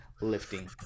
lifting